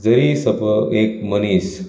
जरी सप एक मनीस